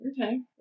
Okay